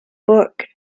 book